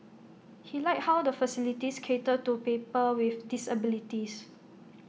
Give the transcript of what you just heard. he liked how the facilities cater to people with disabilities